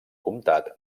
comtat